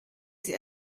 sie